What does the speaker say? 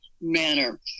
manner